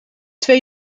twee